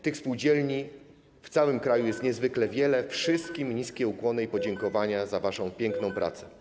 Tych spółdzielni w całym kraju jest niezwykle dużo, wszystkim niskie ukłony i podziękowania za waszą piękną pracę.